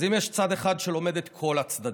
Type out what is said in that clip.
אז אם יש צד אחד שלומד את כל הצדדים